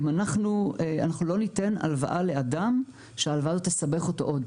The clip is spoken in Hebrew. אנחנו לא ניתן הלוואה לאדם שההלוואה הזאת תסבך אותו עוד.